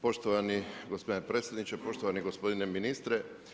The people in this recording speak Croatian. Poštovani gospodine predsjedniče, poštovani gospodine ministre.